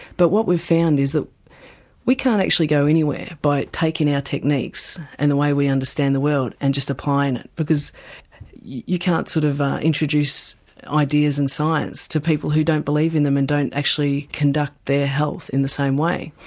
but what we've found is that we can't actually go anywhere by taking our techniques and the way we understand the world and just applying it, because you can't sort of introduce ideas in science to people who don't believe in them and don't actually conduct their health in the same way.